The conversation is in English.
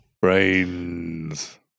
Brains